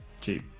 Cheap